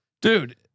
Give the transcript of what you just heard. dude